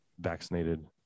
vaccinated